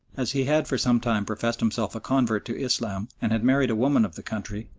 as he had for some time professed himself a convert to islam, and had married a woman of the country,